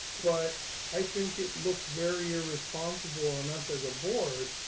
but i think it looks very irresponsible on us as a board,